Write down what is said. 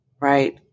Right